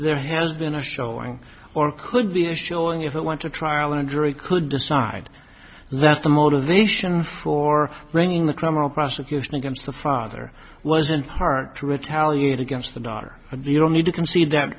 there has been a showing or could be a showing if it went to trial and a jury could decide that the motivation for bringing the criminal prosecution against the father wasn't hard to retaliate against the daughter and you don't need to concede that